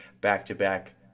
back-to-back